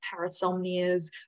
parasomnias